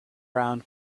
round